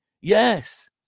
yes